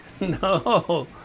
No